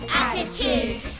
attitude